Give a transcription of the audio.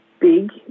big